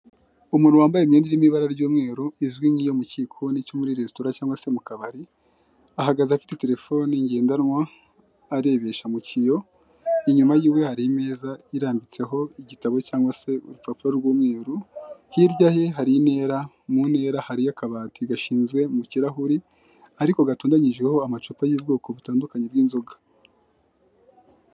Umuntu wambaye imyenda irimo ibara ry'umweru izwi nk'iiyo mu gikoni cyo muri resitora cyangwa se mu kabari, ahagaze afite telefone ngendanwa arebesha mu kiyo. Inyuma yiwe hari ameza arambitseho igitabo cyangwa se urupapuro rw'umweru. Hirya ye hari intera, mu ntera hari akabati gashyizwe mu kirahuri, ariko gatunganyijeho amacupa y'ubwoko butandukanye bw'inzoga.